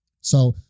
So-